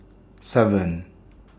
seven